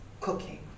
cooking